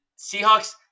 seahawks